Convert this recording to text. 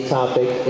topic